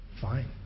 Fine